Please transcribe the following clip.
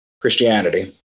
Christianity